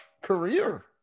career